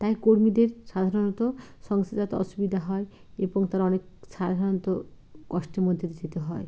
তাই কর্মীদের সাধারণত সংসার যাতে অসুবিধা হয় এবং তারা অনেক সাধারণত কষ্টের মধ্যে দিয়ে যেতে হয়